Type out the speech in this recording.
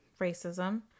racism